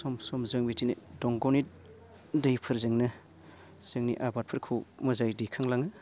सम सम जों बिदिनो दंगनि दैफोरजोंनो जोंनि आबादफोरखौ मोजाङै दैखांलाङो